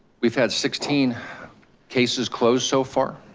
we've had sixteen cases closed so far.